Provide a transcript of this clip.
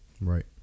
right